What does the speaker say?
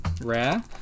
Rare